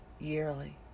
yearly